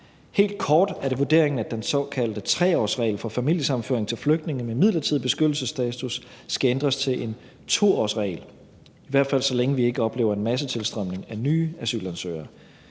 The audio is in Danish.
Helt kort er det vurderingen, at den såkaldte 3-årsregel for familiesammenføring til flygtninge med midlertidig beskyttelsesstatus skal ændres til en 2-årsregel, i hvert fald så længe vi ikke oplever en massetilstrømning af nye asylansøgere.